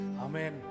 Amen